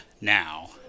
now